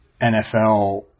NFL